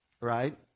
right